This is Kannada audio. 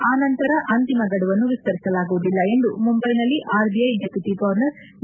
ಆ ನಂತರ ಅಂತಿಮ ಗಡುವನ್ನು ವಿಸ್ತರಿಸಲಾಗುವುದಿಲ್ಲ ಎಂದು ಮುಂಬೈನಲ್ಲಿ ಆರ್ಬಿಐ ಡೆಪ್ಯುಟಿ ಗವರ್ನರ್ ಬಿ